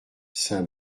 saint